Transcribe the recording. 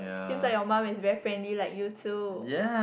seems like your mum is very friendly like you too